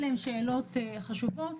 אלה שאלות חשובות.